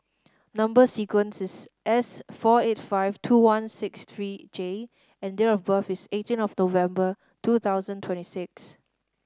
number sequence is S four eight five two one six three J and date of birth is eighteen of November two thousand twenty six